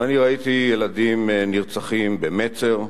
ואני ראיתי ילדים נרצחים במצר,